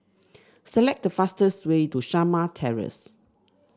select the fastest way to Shamah Terrace